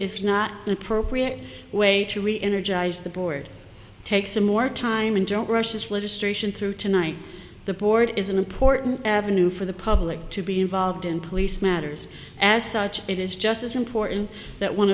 is not an appropriate way to reenergize the board takes a more time and don't rush this legislation through tonight the board is an important avenue for the public to be involved in police matters as such it is just as important that one